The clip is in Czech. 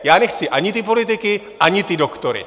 Já nechci ani ty politiky, ani ty doktory.